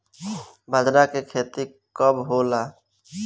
बजरा के खेती कब होला?